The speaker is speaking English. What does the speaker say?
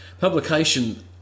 Publication